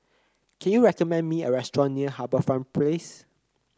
can you recommend me a restaurant near HarbourFront Place